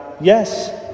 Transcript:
Yes